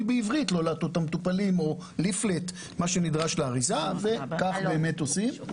בעברית כדי לא להטעות את המטופלים וכך באמת עושים.